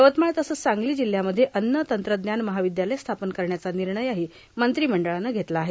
यवतमाळ तसंच सांगली जिल्हयांमध्ये अन्न तंत्रज्ञान महाविद्यालय स्थापन करण्याचा निर्णयही मंत्रिमंडळानं घेतला आहे